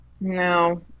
No